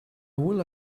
would